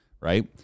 right